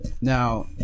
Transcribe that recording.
Now